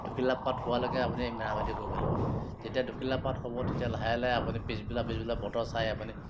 দুখিলা পাত হোৱালৈকে আপুনি মেৰামতি কৰিব লাগিব যেতিয়া দুখিলা পাত হ'ব তেতিয়া লাহে লাহে আপুনি পিছবেলা পিছবেলা বতৰ চাই আপুনি